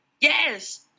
Yes